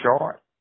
short